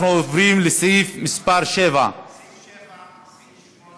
אנחנו עוברים לסעיף מס' 7. 7,